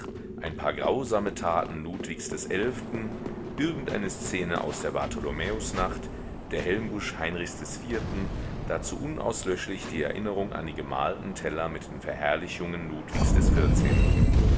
ein paar grausame taten ludwigs des elften irgendeine szene aus der bartholomäusnacht der helmbusch heinrichs des vierten dazu unauslöschlich die erinnerung an die gemalten teller mit den verherrlichungen ludwigs des vierzehnten